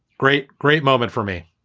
great, great moment for me.